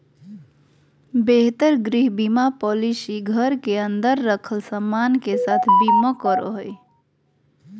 बेहतर गृह बीमा पॉलिसी घर के अंदर रखल सामान के साथ बीमा करो हय